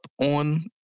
on